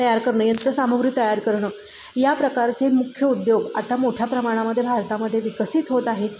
तयार करणं यंत्र सामग्री तयार करणं या प्रकारचे मुख्य उद्योग आता मोठ्या प्रमाणामध्ये भारतामध्ये विकसित होत आहेत